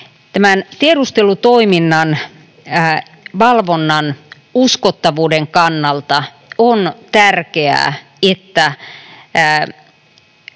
tämän tiedustelutoiminnan valvonnan uskottavuuden kannalta on tärkeää, että